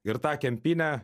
ir tą kempinę